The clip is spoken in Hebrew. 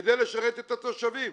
כדי לשרת את התושבים.